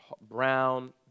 brown